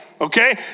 Okay